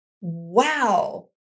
wow